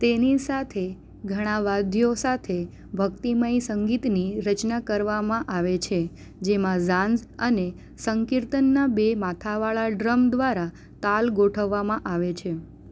તેની સાથે ઘણાં વાદ્યો સાથે ભક્તિમય સંગીતની રચના કરવામાં આવે છે જેમાં ઝાંઝ અને સંકીર્તનના બે માથાવાળાં ડ્રમ દ્વારા તાલ ગોઠવવામાં આવે છે